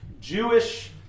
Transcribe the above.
Jewish